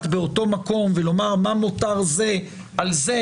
באותו מקום ולומר מה מותר זה על זה,